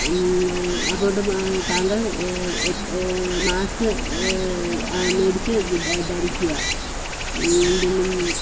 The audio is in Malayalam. അതുകൊണ്ട് താങ്കൾ മാസ്ക് മേടിച്ച് ധരിക്കുക പിന്നെ